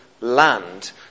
land